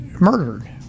murdered